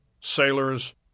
sailors